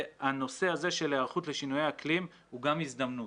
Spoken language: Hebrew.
הנושא הזה של היערכות לשינוי אקלים הוא גם הזדמנות.